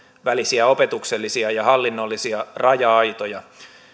välisiä opetuksellisia ja hallinnollisia raja aitoja